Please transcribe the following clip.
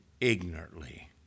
ignorantly